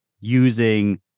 using